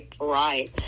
Right